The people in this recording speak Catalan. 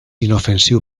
inofensiu